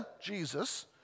Jesus